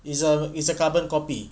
it's a it's a carbon copy